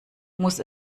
muss